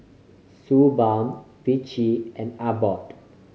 Suu Balm Vichy and Abbott